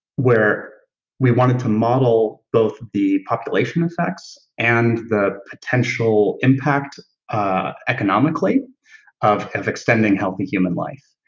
where we wanted to model both the population effects and the potential impact ah economically of of extending healthy human life.